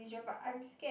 but I'm scared